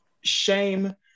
shame